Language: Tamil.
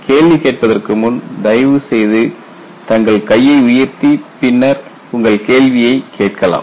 கேள்வி கேட்பதற்கு முன் தயவுசெய்து தங்கள் கையை உயர்த்தி பின்னர் உங்கள் கேள்வியைக் கேட்கலாம்